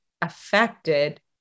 affected